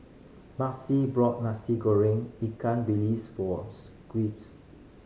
Maci bought Nasi Goreng ikan bilis for Squis